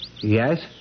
Yes